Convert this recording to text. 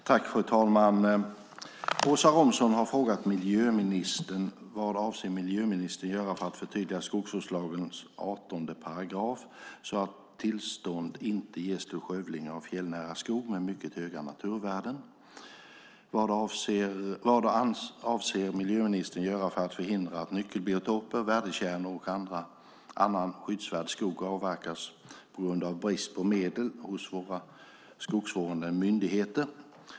Fru talman! Åsa Romson har frågat miljöministern: Vad avser miljöministern att göra för att förtydliga skogsvårdslagens 18 § så att tillstånd inte ges till skövling av fjällnära skog med mycket höga naturvärden? Vad avser miljöministern att göra för att förhindra att nyckelbiotoper, värdekärnor och annan skyddsvärd skog avverkas på grund av brist på medel hos våra skogsvårdande myndigheter?